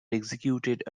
executed